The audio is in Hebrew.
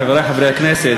חברי חברי הכנסת,